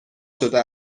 شده